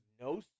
no